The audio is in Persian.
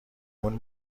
اون